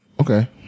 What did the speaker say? Okay